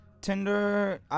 Tinder